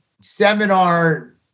seminar